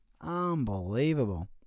Unbelievable